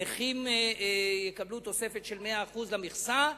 נכים יקבלו תוספת של 100% למכסה,